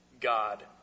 God